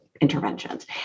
interventions